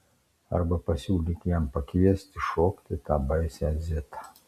arba pasiūlyk jam pakviesti šokti tą baisią zitą